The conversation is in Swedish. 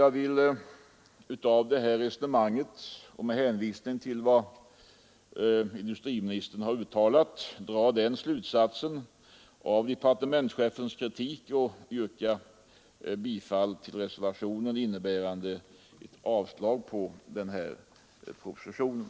Jag vill med detta resonemang och med hänvisning till vad industriministern har uttalat dra den logiska slutsatsen av departementschefens kritik och yrka bifall till reservationen, innebärande avslag på propositionen.